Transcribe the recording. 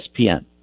ESPN